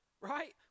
right